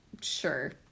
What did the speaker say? sure